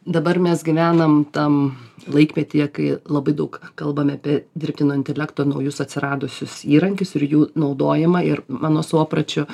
dabar mes gyvenam tam laikmetyje kai labai daug kalbame apie dirbtino intelekto naujus atsiradusius įrankius ir jų naudojimą ir mano suopračiu